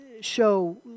show